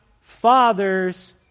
father's